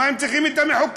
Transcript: מה הם צריכים את המחוקק?